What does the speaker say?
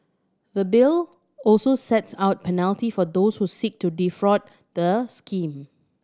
the Bill also sets out penalty for those who seek to defraud the scheme